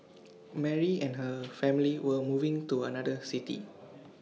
Mary and her family were moving to another city